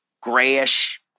grayish